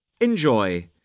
Enjoy